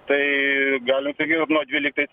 tai galim sakyt kad nuo dvyliktais